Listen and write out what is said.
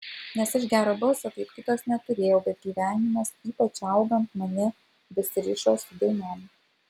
nes aš gero balso kaip kitos neturėjau bet gyvenimas ypač augant mane vis rišo su dainom